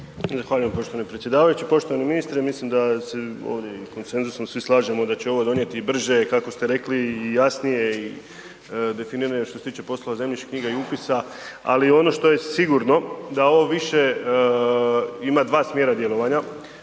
Zahvaljujem poštovani predsjedavajući. Poštovani ministre, mislim da se ovim konsenzusom svi slažemo da će ovo donijeti brže i kako ste rekli, i jasnije i definirane što se tiče poslova zemljišnih knjiga i upisa, ali ono što je sigurno da ovo više ima dva smjera djelovanja.